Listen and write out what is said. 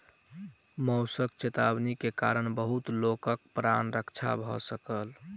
मौसमक चेतावनी के कारण बहुत लोकक प्राण रक्षा भ सकल